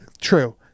true